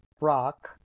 rock